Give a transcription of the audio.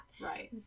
Right